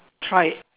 try it